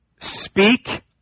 speak